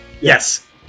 Yes